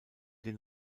den